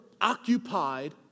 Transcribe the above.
occupied